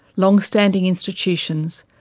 long standing institutions,